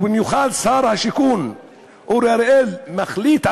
ובמיוחד שר השיכון אורי אריאל מחליט,